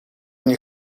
они